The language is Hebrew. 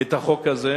את החוק הזה,